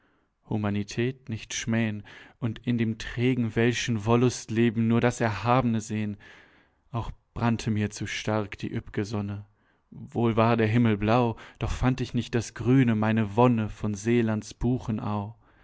humanität nicht schmähn und in dem trägen welschen wollustleben nur das erhabne sehn auch brannte mir zu stark die üpp'ge sonne wohl war der himmel blau doch fand ich nicht das grüne meine wonne von seelands buchenau